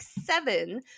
Seven